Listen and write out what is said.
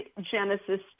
Genesis